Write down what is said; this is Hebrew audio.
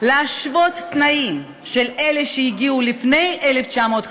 להשוות את התנאים של אלה שהגיעו לפני 1953